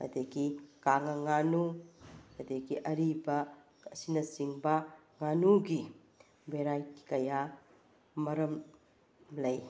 ꯑꯗꯒꯤ ꯀꯥꯉꯥ ꯉꯥꯅꯨ ꯑꯗꯒꯤ ꯑꯔꯤꯕ ꯑꯁꯤꯅꯆꯤꯡꯕ ꯉꯥꯅꯨꯒꯤ ꯚꯦꯔꯥꯏꯇꯤ ꯀꯌꯥ ꯃꯔꯝ ꯂꯩ